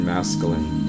Masculine